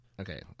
Okay